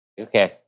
Okay